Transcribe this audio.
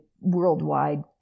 worldwide